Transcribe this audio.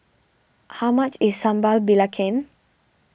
how much is Sambal Belacan